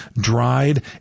dried